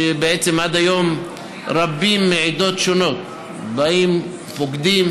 ועד היום רבים מעדות שונות באים, פוקדים.